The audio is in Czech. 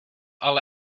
ale